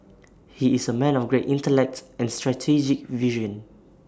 he is A man of great intellect and strategic vision